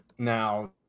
Now